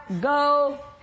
go